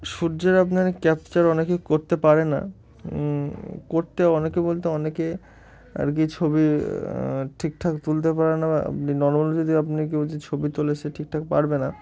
সূর্যের আপনার এ ক্যাপচার অনেকে করতে পারে না করতে অনেকে বলতে অনেকে আর কি ছবি ঠিকঠাক তুলতে পারে না বা আপনি নর্মাল যদি আপনি কেউ যে ছবি তোলে সে ঠিকঠাক পারবে না